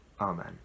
Amen